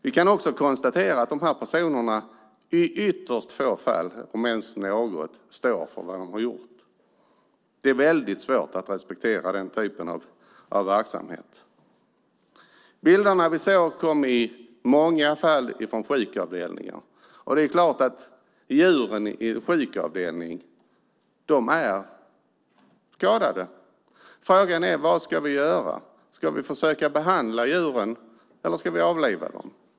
Vi kan också konstatera att dessa personer i ytterst få fall, om ens något, står för vad de har gjort. Det är svårt att respektera den typen av verksamhet. Bilderna som vi såg kom i många fall från sjukavdelningar. Det är klart att djuren i en sjukavdelning är skadade. Frågan är vad vi ska göra. Ska vi försöka behandla djuren, eller ska vi avliva dem?